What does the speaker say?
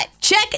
check